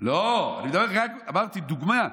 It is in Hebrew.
לא, רק אמרתי דוגמה.